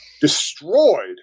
Destroyed